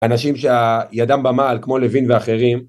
אנשים שידם במעל כמו לוין ואחרים